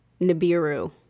Nibiru